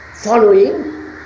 following